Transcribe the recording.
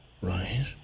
Right